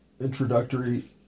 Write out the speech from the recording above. introductory